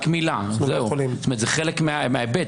זה חלק מההיבט.